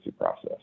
process